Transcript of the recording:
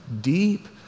deep